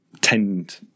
tend